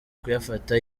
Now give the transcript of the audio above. kuyafata